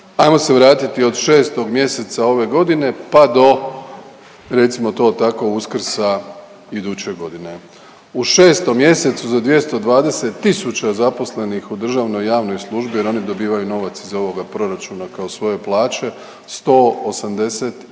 ajmo se vratiti od 6. mjeseca ove godine pa do recimo to tako Uskrsa iduće godine. U 6. mjesecu za 220 tisuća zaposlenih u državnoj i javnoj službi jer oni dobivaju novac iz ovoga proračuna kao svoje plaće 100,